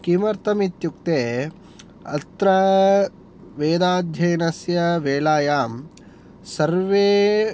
किमर्थम् इत्युक्ते अत्र वेदाध्ययनस्य वेलायां सर्वे